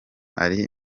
ari